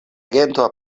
gento